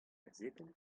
gazetenn